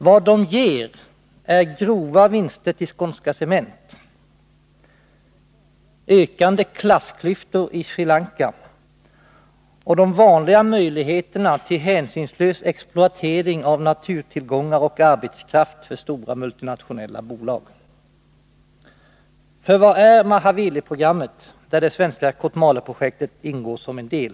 Vad de ger är grova vinster till Skånska Cement, ökande klassklyftor i Sri Lanka och de vanliga möjligheterna till hänsynslös exploatering av naturtillgångar och arbetskraft för stora multinationella bolag. För vad är Mahaweliprogrammet, där det svenska Kotmaleprojektet ingår som en del?